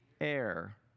air